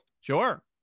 Sure